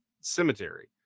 cemetery